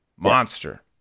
Monster